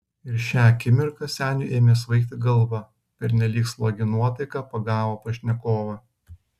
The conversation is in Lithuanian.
ir šią akimirką seniui ėmė svaigti galva pernelyg slogi nuotaika pagavo pašnekovą